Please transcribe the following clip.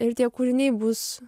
ir tie kūriniai bus